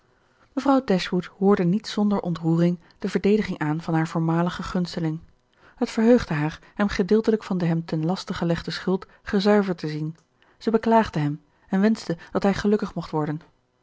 mevrouw dashwood hoorde niet zonder ontroering de verdediging aan van haar voormaligen gunsteling het verheugde haar hem gedeeltelijk van de hem ten laste gelegde schuld gezuiverd te zien zij beklaagde hem en wenschte dat hij gelukkig mocht worden